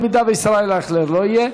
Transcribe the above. אם ישראל אייכלר לא יהיה.